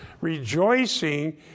rejoicing